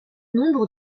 nombre